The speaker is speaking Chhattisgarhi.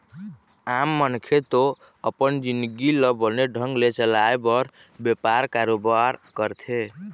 आम मनखे तो अपन जिंनगी ल बने ढंग ले चलाय बर बेपार, कारोबार करथे